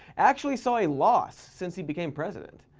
actually saw a loss since he became president.